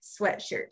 sweatshirt